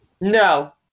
No